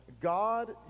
God